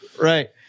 right